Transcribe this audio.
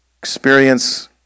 experience